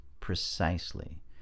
precisely